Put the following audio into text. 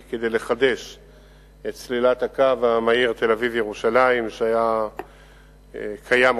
2. אם כן,